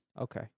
okay